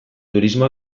turismo